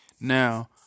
Now